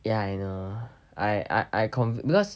ya I know I I com~ because